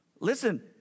Listen